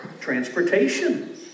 transportation